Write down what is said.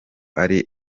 ari